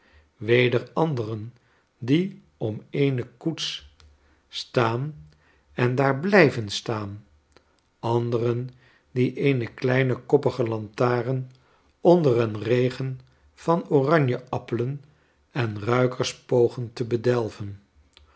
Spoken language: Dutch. weder anderen die om eene koets staan en daar blij ven staan anderen die eene kleine koppige lantaren onder een regen van oranjeappelen en ruikers pogen te bedelven